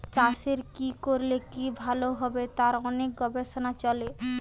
চাষের কি করলে কি ভালো হবে তার অনেক গবেষণা চলে